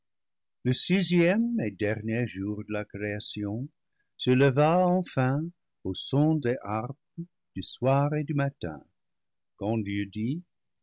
le sixième et dernier jour de la création se leva enfin au son des harpes du soir et du matin quand dieu dit